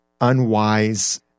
unwise